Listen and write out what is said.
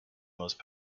most